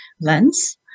lens